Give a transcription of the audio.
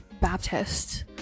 baptist